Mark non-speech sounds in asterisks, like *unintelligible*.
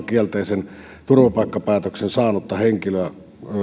*unintelligible* kielteisen turvapaikkapäätöksen saanutta henkilöä